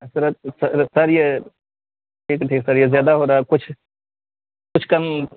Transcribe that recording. سر sir sir یہ ٹھیک ہے ٹھیک ہے سر یہ زیادہ ہو رہا ہے کچھ کچھ کم